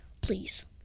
please